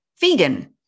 vegan